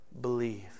believe